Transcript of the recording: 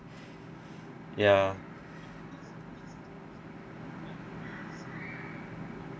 ya